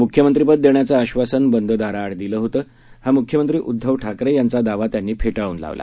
मुख्यमंत्रीपददेण्याचंआश्वासनबंददाराआडदिलंहोतं हामुख्यमंत्रीउद्धवठाकरेयांचादावात्यांनीफेठळूनलावला